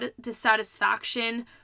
dissatisfaction